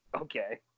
okay